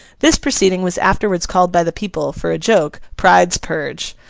this proceeding was afterwards called by the people, for a joke, pride's purge.